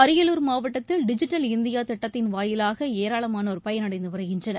அரியலூர் மாவட்டத்தில் digital India திட்டத்தின்வாயிலாக ஏராளமானோர் பயனடைந்து வருகின்றனர்